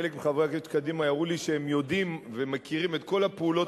חלק מחברי הכנסת של קדימה יראו לי שהם יודעים ומכירים את כל הפעולות,